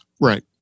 Right